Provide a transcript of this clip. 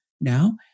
now